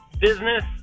business